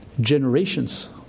generations